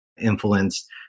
influenced